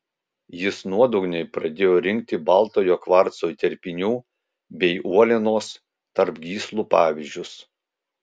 jis nuodugniai pradėjo rinkti baltojo kvarco įterpinių bei uolienos tarp gyslų pavyzdžius